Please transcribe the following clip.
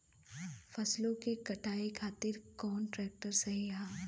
फसलों के कटाई खातिर कौन ट्रैक्टर सही ह?